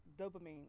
dopamine